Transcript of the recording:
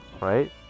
right